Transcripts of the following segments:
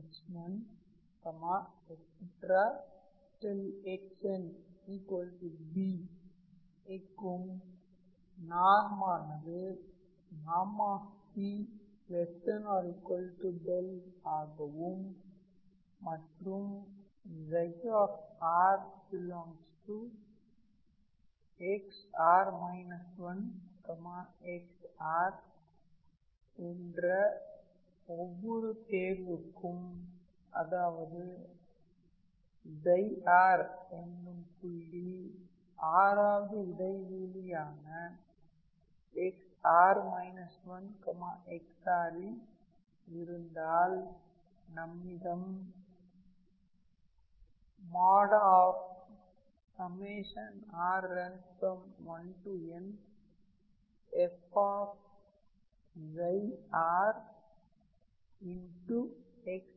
xn 𝑏 க்கும் norm ஆனது ||𝑃|| ≤ 𝛿 ஆகவும் மற்றும் r∈ xr 1xr என்ற ஒவ்வொரு தேர்வுக்கும் அதாவது r என்னும் புள்ளி r வது இடைவெளியிலியான xr 1xr ல் இருந்தால் நம்மிடம் r1nf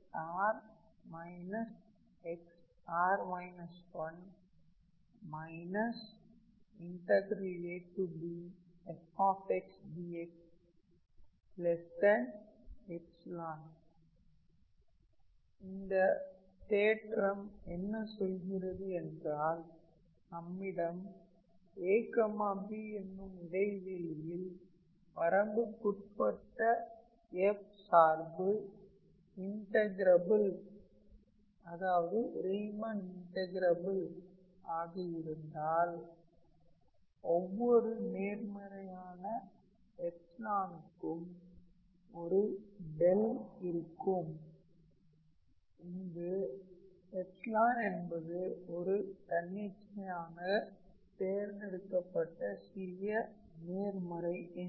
abfdx இந்தத் தேற்றம் என்ன சொல்கிறது என்றால் நம்மிடம் ab என்னும் இடைவெளியில் வரம்புக்குட்பட்ட f சார்பு இன்டகிரபில் அதாவது ரீமன் இன்டகிரபில் ஆக இருந்தால் ஒவ்வொரு நேர்மறையான ற்கும் ஒரு 𝛿 0 இருக்கும் இங்கு என்பது ஒரு தன்னிச்சையாக தேர்ந்தெடுக்கப்பட்ட சிறிய நேர்மறை எண்